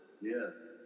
Yes